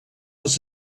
was